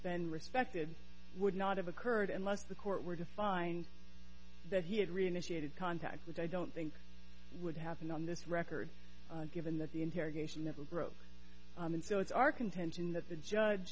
been respected would not have occurred unless the court were to find that he had re initiated contact which i don't think would happen on this record given that the interrogation never broke and so it's our contention that the judge